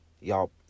Y'all